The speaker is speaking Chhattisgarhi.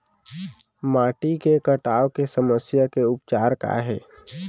माटी के कटाव के समस्या के उपचार काय हे?